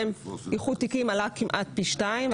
ראינו שמספר התיקים שיש בהם איחוד תיקים עלה כמעט פי שניים.